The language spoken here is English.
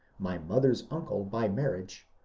my mother's uncle by marriage,